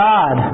God